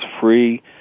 free